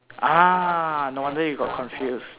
ah no wonder you got confused